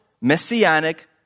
messianic